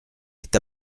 est